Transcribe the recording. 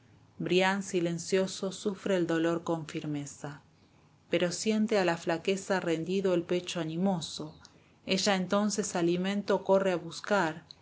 brian silencioso sufre el dolor con firmeza pero siente a la flaqueza rendido el pecho animoso ella entonces alimento corre a buscar